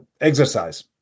Exercise